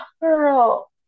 girl